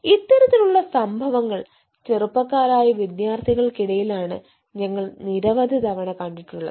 ഇത്തരത്തിലുള്ള സംഭവങ്ങൾ ചെറുപ്പക്കാരായ വിദ്യാർത്ഥികൾക്കിടയിലാണ് ഞങ്ങൾ നിരവധി തവണ കണ്ടിട്ടുള്ളത്